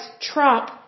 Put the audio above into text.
trump